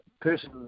person